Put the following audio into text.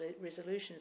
resolutions